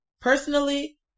Personally